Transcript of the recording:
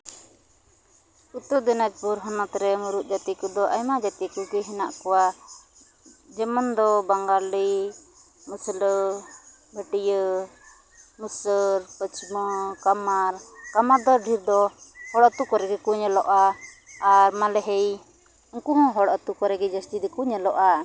ᱩᱛᱛᱚᱨ ᱫᱤᱱᱟᱡᱽᱯᱩᱨ ᱦᱚᱱᱚᱛ ᱨᱮ ᱢᱩᱬᱩᱫ ᱡᱟᱹᱛᱤ ᱠᱚᱫᱚ ᱟᱭᱢᱟ ᱡᱟᱹᱛᱤ ᱠᱚᱜᱮ ᱦᱮᱱᱟᱜ ᱠᱚᱣᱟ ᱡᱮᱢᱚᱱ ᱫᱚ ᱵᱟᱝᱜᱟᱞᱤ ᱢᱩᱥᱞᱟᱹ ᱵᱟᱹᱴᱭᱟᱹ ᱢᱩᱥᱟᱹᱨ ᱯᱟᱪᱢᱟᱹ ᱠᱟᱢᱟᱨ ᱠᱟᱢᱟᱨ ᱫᱚ ᱰᱷᱤᱨ ᱫᱚ ᱦᱚᱲ ᱟᱛᱩ ᱠᱚᱨᱮ ᱜᱮᱠᱚ ᱲᱮᱞᱚᱜᱼᱟ ᱟᱨ ᱢᱟᱞᱦᱮ ᱩᱝᱠᱩ ᱦᱚᱸ ᱦᱚᱲ ᱟᱛᱩ ᱠᱚᱨᱮ ᱜᱮ ᱡᱟᱹᱥᱛᱤ ᱫᱚᱠᱚ ᱧᱮᱞᱚᱜᱼᱟ